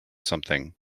something